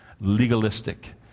legalistic